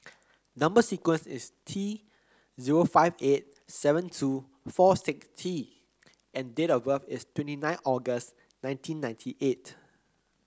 number sequence is T zero five eight seven two four six T and date of birth is twenty nine August nineteen ninety eight